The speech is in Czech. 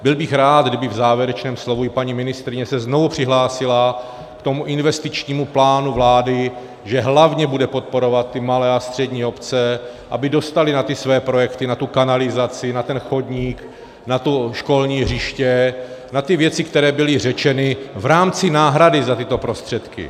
Byl bych rád, kdyby v závěrečném slovu i paní ministryně se znovu přihlásila k tomu investičnímu plánu vlády, že hlavně bude podporovat ty malé a střední obce, aby dostaly na ty své projekty, na tu kanalizaci, na ten chodník, na to školní hřiště, na ty věci, které byly řečeny v rámci náhrady za tyto prostředky.